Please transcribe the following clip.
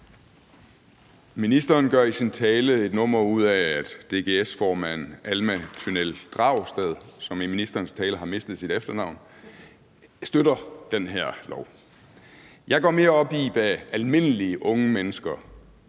Ministeren gør i sin tale et nummer ud af, at formanden for DGS, Alma Tynell Dragsted, som i ministerens tale havde mistet sit efternavn, støtter det her lovforslag. Jeg går mere op i, hvad almindelige unge mennesker